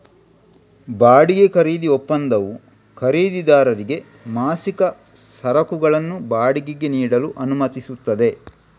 ಬಾಡಿಗೆ ಖರೀದಿ ಒಪ್ಪಂದವು ಖರೀದಿದಾರರಿಗೆ ಮಾಸಿಕ ಸರಕುಗಳನ್ನು ಬಾಡಿಗೆಗೆ ನೀಡಲು ಅನುಮತಿಸುತ್ತದೆ